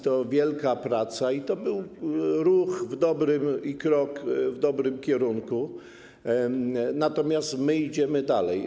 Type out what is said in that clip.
To wielka praca, to był ruch i krok w dobrym kierunku, natomiast my idziemy dalej.